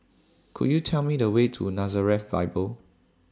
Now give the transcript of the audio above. Could YOU Tell Me The Way to Nazareth Bible